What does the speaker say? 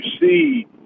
see